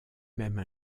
même